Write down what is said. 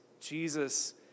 Jesus